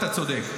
אתה צודק.